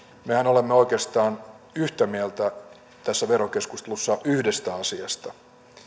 mehän olemme oikeastaan yhtä mieltä tässä verokeskustelussa yhdestä asiasta